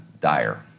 dire